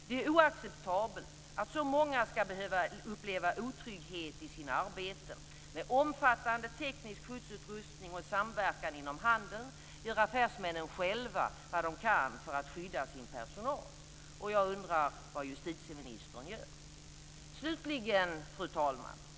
Det är oacceptabelt att så många ska behöva uppleva otrygghet i sina arbeten. Med omfattande teknisk skyddsutrustning och samverkan inom handeln gör affärsmännen själva vad de kan för att skydda sin personal. Vad gör justitieministern? Fru talman!